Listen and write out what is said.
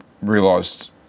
realised